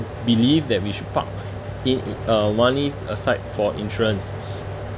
believe that we should park in uh money aside for insurance